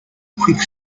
quick